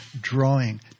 drawing